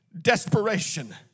desperation